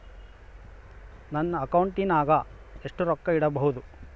ನನ್ನ ಅಕೌಂಟಿನಾಗ ಎಷ್ಟು ರೊಕ್ಕ ಇಡಬಹುದು?